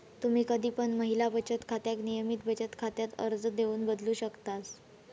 तुम्ही कधी पण महिला बचत खात्याक नियमित बचत खात्यात अर्ज देऊन बदलू शकतास